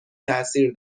تاثیر